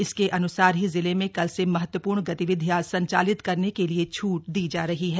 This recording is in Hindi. इसके अन्सार ही जिले में कल से महत्वपूर्ण गतिविधियां संचालित करने के लिए छूट दी जा रही हैं